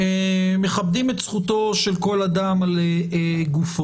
מכבדים את זכותו של כל אדם על גופו,